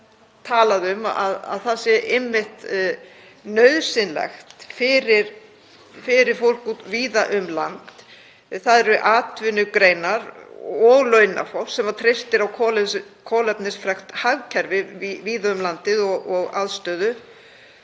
borga, að það sé einmitt nauðsynlegt fyrir fólk víða um land. Það eru atvinnugreinar og launafólk sem treystir á kolefnisfrekt hagkerfi víða um landið og aðstöðu